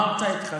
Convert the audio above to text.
יפה.